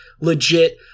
legit